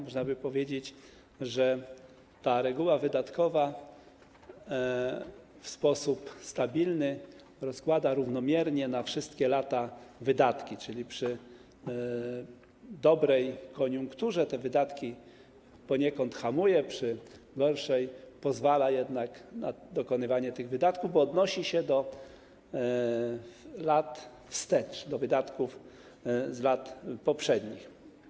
Można by powiedzieć, że ta reguła wydatkowa w sposób stabilny rozkłada równomiernie na wszystkie lata wydatki, czyli przy dobrej koniunkturze te wydatki poniekąd hamuje, przy gorszej pozwala jednak na dokonywanie tych wydatków, bo odnosi się do lat wstecz, do wydatków z lat poprzednich.